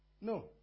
No